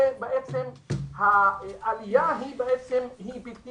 העלייה היא בלתי